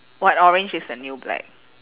what orange is the new black